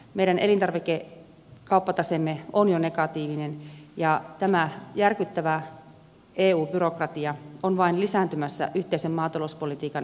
meidän elintarvikekauppataseemme on jo negatiivinen ja tämä järkyttävä eu byrokratia on vain lisääntymässä yhteisen maatalouspolitiikan ratkaisun myötä